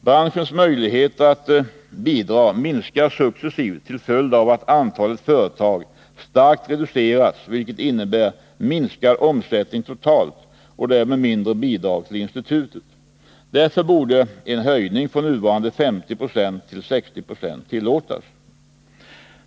Branschens möjlighet att bidra minskar successivt till följd av att antalet företag starkt reducerats, vilket innebär minskad omsättning totalt och därmed mindre bidrag till institutet. Därför borde en höjning från nuvarande 50 4 till 60 90 tillåtas.